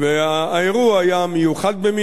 והאירוע היה מיוחד במינו.